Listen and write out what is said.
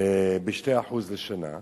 ב-2% לשנה,